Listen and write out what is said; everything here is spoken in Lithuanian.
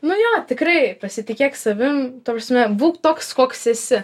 nu jo tikrai pasitikėk savim ta prasme būk toks koks esi